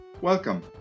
Welcome